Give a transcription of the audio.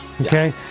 okay